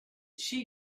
she